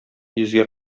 йөзгә